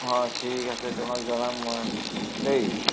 হয় ঠিক আছে তোমাক জনাম মই দেই